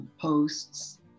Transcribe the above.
posts